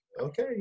okay